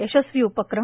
यशस्वी उपक्रम